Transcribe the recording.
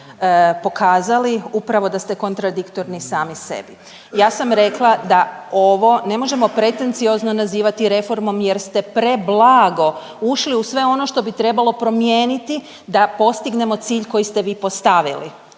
ponovno pokazali upravo da ste kontradiktorni sami sebi. Ja sam rekla da ovo ne možemo pretenciozno nazivati reformom jer ste preblago ušli u sve ono što bi trebalo promijeniti da postignemo cilj koji ste vi postavili.